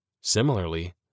Similarly